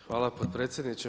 Hvala potpredsjedniče.